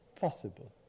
possible